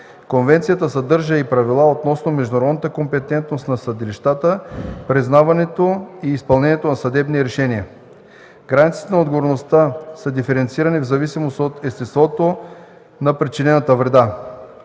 Конвенцията съдържа и правила относно международната компетентност на съдилищата, признаването и изпълнението на съдебни решения. Границите на отговорността са диференцирани в зависимост от естеството на причинената вреда.